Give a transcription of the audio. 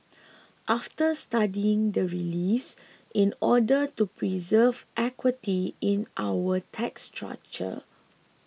after studying the reliefs in order to preserve equity in our tax structure